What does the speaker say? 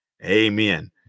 Amen